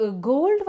gold